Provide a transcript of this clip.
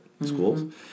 schools